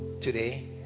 today